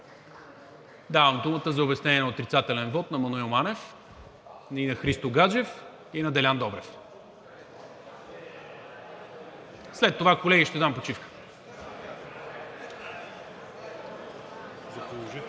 Давам думата за отрицателен вот на Маноил Манев, на Христо Гаджев и на Делян Добрев. След това, колеги, ще дам почивка.